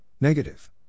negative